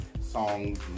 songs